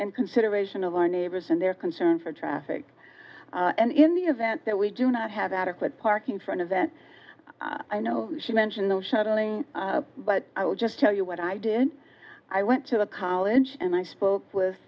and consideration of our neighbors and their concern for traffic and in the event that we do not have adequate parking for an event i know she mentioned those shuttling but i will just tell you what i did i went to the college and i spoke with